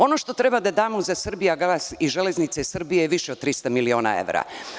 Ono što treba da damo za „Srbijagas“ i „Železnice Srbije“ je više od 300 miliona evra.